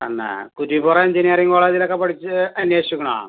തന്നാ കുറ്റിപ്പുറം എഞ്ചിനീയറിംഗ് കോളേജിലൊക്കെ കുറിച്ച് അന്വേഷിച്ചിരിക്കുന്നോ